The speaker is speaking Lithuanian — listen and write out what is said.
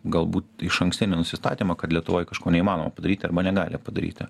galbūt išankstinį nusistatymą kad lietuvoj kažko neįmanoma padaryti arba negali padaryti